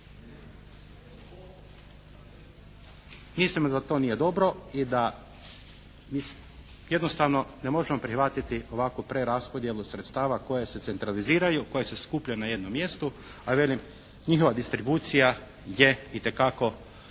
Mislimo da to nije dobro i da jednostavno ne možemo prihvatiti ovakvu preraspodjelu sredstava koja se centraliziraju, koja se skuplja na jednom mjestu. A velim, njihova distribucija je itekako